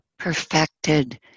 Perfected